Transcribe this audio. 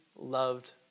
loved